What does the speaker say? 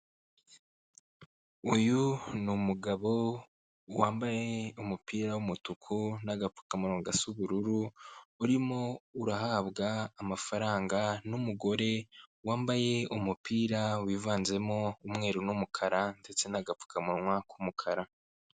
Uyu ni umugabo wambaye umupira w'umutuku n'agapfukamunwa gasa ubururu, urimo urahabwa amafaranga n'umugore wambaye umupira wivanzemo umweru n'umukara ndetse n'agapfukamunwa k'umukara.